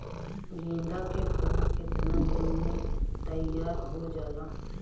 गेंदा के फूल केतना दिन में तइयार हो जाला?